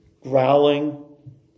growling